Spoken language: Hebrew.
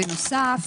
בנוסף,